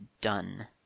done